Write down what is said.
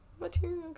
Material